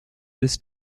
this